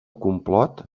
complot